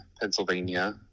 Pennsylvania